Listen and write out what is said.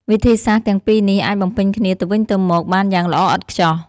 វិធីសាស្រ្តទាំងពីរនេះអាចបំពេញគ្នាទៅវិញទៅមកបានយ៉ាងល្អឥតខ្ចោះ។